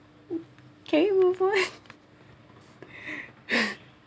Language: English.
can we move on